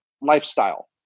lifestyle